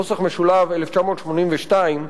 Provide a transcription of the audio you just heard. התשמ"ב 1982,